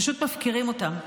פשוט מפקירים אותם.